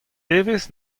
evezh